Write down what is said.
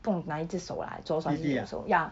不懂哪一只手啦左手还是右手 ya